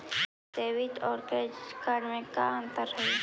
Debit और credit card में का अंतर हइ?